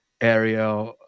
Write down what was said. area